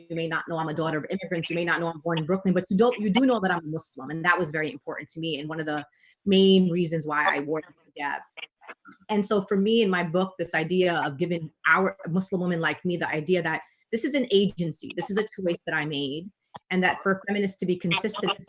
may not know on the daughter of immigrants you may not know one born in brooklyn but you do know that i'm muslim and that was very important to me and one of the main reasons why i warn ya yeah and so for me in my book this idea of giving our muslim women like me the idea that this is an agency this is a too late that i made and that for feminists to be consistent